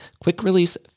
quick-release